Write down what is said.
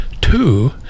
two